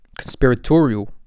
conspiratorial